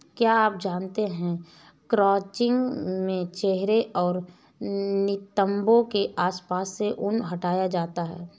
क्या आप जानते है क्रचिंग में चेहरे और नितंबो के आसपास से ऊन हटाया जाता है